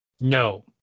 No